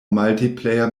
multiplayer